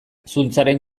zuntzaren